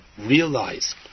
realize